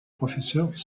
professeurs